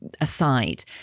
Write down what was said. aside